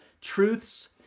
truths